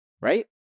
right